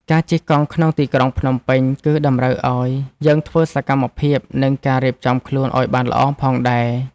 ការជិះកង់ក្នុងទីក្រុងភ្នំពេញ គឺតម្រូវឲ្យយើងធ្វើសកម្មភាព និងការរៀបចំខ្លួនឲ្យបានល្អផងដែរ។